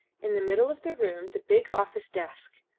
in the middle of the room the big office desk,